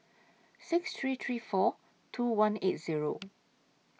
six three three four two one eight Zero